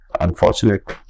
unfortunate